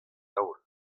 daol